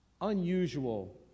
unusual